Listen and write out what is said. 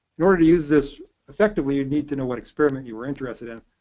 in order to use this effectively you'd need to know what experiment you were interested in.